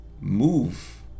move